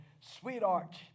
sweetheart